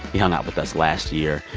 he hung out with us last year.